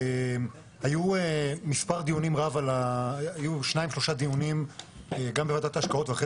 היו 2-3 דיונים גם בוועדת ההשקעות ואחרי